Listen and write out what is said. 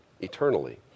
eternally